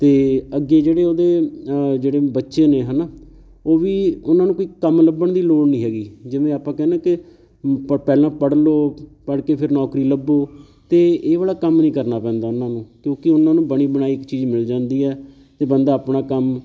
ਅਤੇ ਅੱਗੇ ਜਿਹੜੇ ਉਹਦੇ ਜਿਹੜੇ ਬੱਚੇ ਨੇ ਹੈ ਨਾ ਉਹ ਵੀ ਉਹਨਾਂ ਨੂੰ ਕੋਈ ਕੰਮ ਲੱਭਣ ਦੀ ਲੋੜ ਨਹੀਂ ਹੈਗੀ ਜਿਵੇਂ ਆਪਾਂ ਕਹਿੰਦੇ ਕਿ ਪ ਪਹਿਲਾਂ ਪੜ੍ਹ ਲਓ ਪੜ੍ਹ ਕੇ ਫਿਰ ਨੌਕਰੀ ਲੱਭੋ ਅਤੇ ਇਹ ਵਾਲਾ ਕੰਮ ਨਹੀਂ ਕਰਨਾ ਪੈਂਦਾ ਉਹਨਾਂ ਨੂੰ ਕਿਉਂਕਿ ਉਹਨਾਂ ਨੂੰ ਬਣੀ ਬਣਾਈ ਇੱਕ ਚੀਜ਼ ਮਿਲ ਜਾਂਦੀ ਹੈ ਅਤੇ ਬੰਦਾ ਆਪਣਾ ਕੰਮ